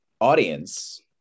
audience